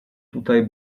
tutaj